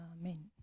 Amen